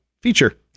feature